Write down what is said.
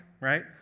right